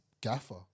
gaffer